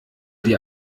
die